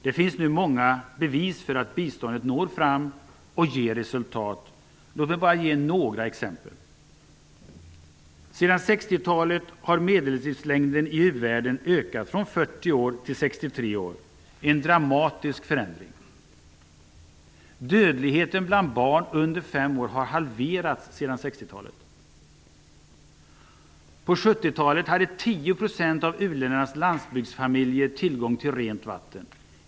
Det finns nu många bevis för att biståndet når fram och ger resultat. Låt mig bara ge några exempel: Sedan 60-talet har medellivslängden i uvärlden ökat från 40 år till 63 år. Det är en dramatisk förändring. Dödligheten bland barn under fem år har halverats sedan 60-talet. På 70-talet hade 10 % av u-ländernas landsbygdsfamiljer tillgång till rent vatten.